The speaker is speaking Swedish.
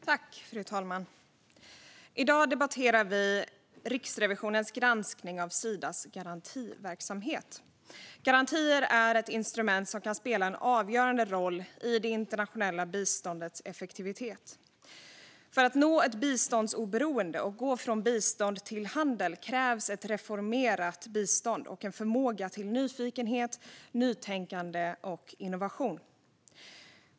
Fru talman! I dag debatterar vi Riksrevisionens granskning av Sidas garantiverksamhet. Garantier är ett instrument som kan spela en avgörande roll i det internationella biståndets effektivitet. För att nå ett biståndsoberoende och gå från bistånd till handel krävs ett reformerat bistånd och en förmåga till nyfikenhet, nytänkande och innovation.